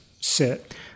sit